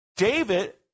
David